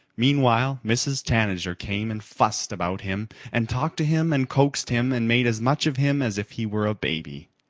meanwhile mrs. tanager came and fussed about him and talked to him and coaxed him and made as much of him as if he were a baby.